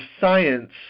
science